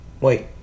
Wait